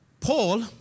Paul